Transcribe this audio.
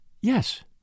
Yes